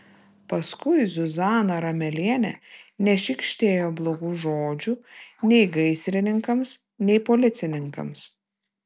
paskui zuzana ramelienė nešykštėjo blogų žodžių nei gaisrininkams nei policininkams